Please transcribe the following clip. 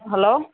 hello